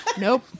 nope